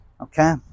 okay